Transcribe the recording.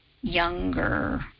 younger